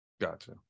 Gotcha